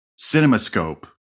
Cinemascope